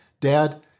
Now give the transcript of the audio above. Dad